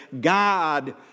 God